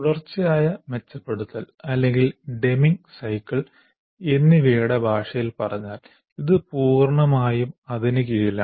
തുടർച്ചയായ മെച്ചപ്പെടുത്തൽ അല്ലെങ്കിൽ ഡെമിംഗ് സൈക്കിൾ എന്നിവയുടെ ഭാഷയിൽ പറഞ്ഞാൽ ഇത് പൂർണ്ണമായും അതിനു കീഴിലാണ്